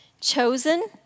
chosen